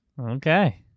okay